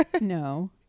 No